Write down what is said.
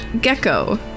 gecko